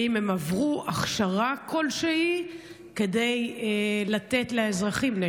האם הם עברו הכשרה כלשהי כדי נשק לתת לאזרחים?